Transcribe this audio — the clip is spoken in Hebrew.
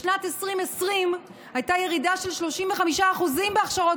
בשנת 2020 הייתה ירידה של 35% בהכשרות